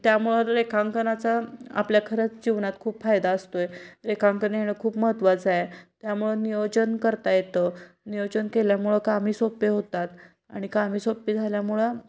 त्यामुळं रेखांकनाचा आपल्या खरंच जीवनात खूप फायदा असतो आहे रेखांकन येणं खूप महत्त्वाचं आहे त्यामुळं नियोजन करता येतं नियोजन केल्यामुळं कामे सोप्पे होतात आणि कामे सोप्पी झाल्यामुळं